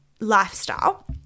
lifestyle